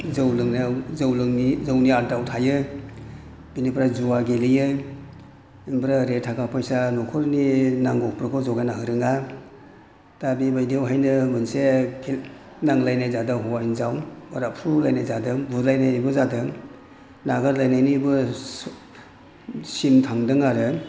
जौ लोंनायाव जौनि आददायाव थायो बेनिफ्राय जुवा गेलेयो ओमफ्राय ओरैहाय थाखा फैसा न'खरनि नांगौफोरखौ जगायना होरोङा दा बेबायदियावहायनो मोनसे नांज्लायनाय जादों हौवा हिनजाव बोराबफ्रुलायनाय जादों बुलायनायबो जादों नागारलायनायनि सिम थांदों आरो